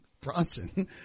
Bronson